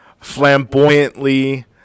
flamboyantly